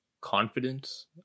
confidence